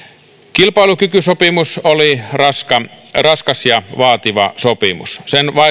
kilpailukykysopimus oli raskas raskas ja vaativa sopimus sen